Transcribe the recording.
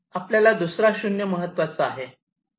आपल्याला दुसरा 0 महत्त्वाचा आहे